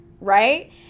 Right